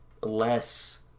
less